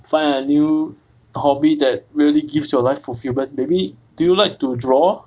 find a new hobby that really gives your life fulfilment maybe do you like to draw